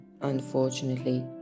Unfortunately